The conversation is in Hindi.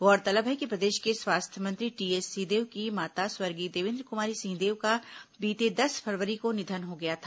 गौरतलब है कि प्रदेश के स्वास्थ्य मंत्री टीएस सिंहदेव की माता स्वर्गीय देवेन्द्र कुमारी सिंहदेव का बीते दस फरवरी को निधन हो गया था